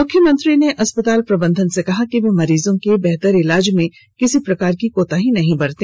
मुख्यमंत्री ने अस्पताल प्रबंधन से कहा कि वे मरीजों को बेहतर इलाज में किसी प्रकार की कोताही नहीं बरते